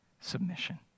submission